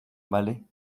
vale